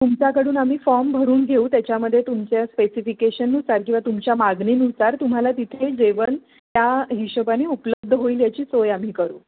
तुमच्याकडून आम्ही फॉम भरून घेऊ त्याच्यामध्ये तुमच्या स्पेसिफिकेशनुसार किंवा तुमच्या मागणीनुसार तुम्हाला तिथे जेवण त्या हिशोबाने उपलब्ध होईल याची सोय आम्ही करू